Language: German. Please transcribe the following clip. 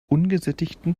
ungesättigten